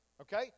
okay